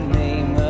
name